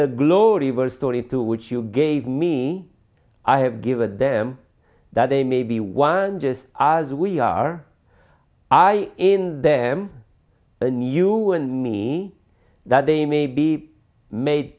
story to which you gave me i have given them that they may be one just as we are i in them and you and me that they may be made